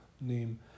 name